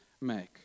make